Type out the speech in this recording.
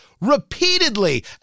repeatedly